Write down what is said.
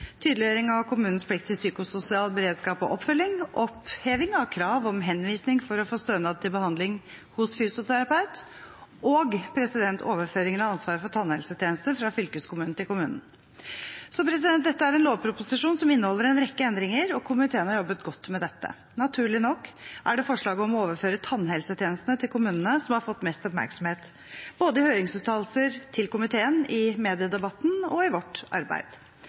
tydeliggjøring av kommunens plikt til psykososial beredskap og oppfølging, oppheving av krav om henvisning for å få stønad til behandling hos fysioterapeut – og overføringen av ansvaret for tannhelsetjenester fra fylkeskommunen til kommunen. Dette er en lovproposisjon som inneholder en rekke endringer, og komiteen har jobbet godt med dette. Naturlig nok er det forslaget om å overføre tannhelsetjenesten til kommunene som har fått mest oppmerksomhet, både i høringsuttalelser til komiteen, i mediedebatten og i vårt arbeid.